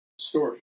story